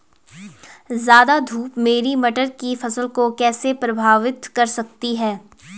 ज़्यादा धूप मेरी मटर की फसल को कैसे प्रभावित कर सकती है?